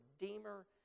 redeemer